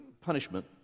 punishment